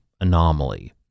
anomaly